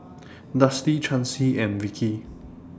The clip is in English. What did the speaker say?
Dusty Chancy and Vikki